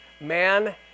man